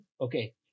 Okay